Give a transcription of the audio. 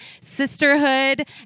Sisterhood